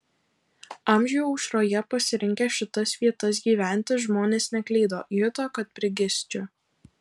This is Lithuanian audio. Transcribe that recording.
amžių aušroje pasirinkę šitas vietas gyventi žmonės neklydo juto kad prigis čia